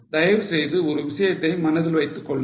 தயவுசெய்து ஒரு விஷயத்தை மனதில் வைத்துக்கொள்ளுங்கள்